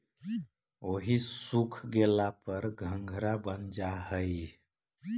ओहि सूख गेला पर घंघरा बन जा हई